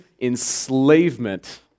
enslavement